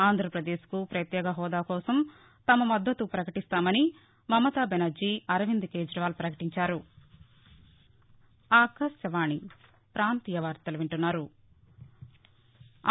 ఆంధ్రపదేశ్కు పత్యేక హోదా కోసం తాము మద్దతు ప్రపకటిస్తున్నామని మమతా బెనర్జీ అరవింద్ కేబ్రీవాల్ ప్రకటించారు